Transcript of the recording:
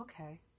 okay